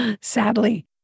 sadly